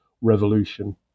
Revolution